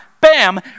Bam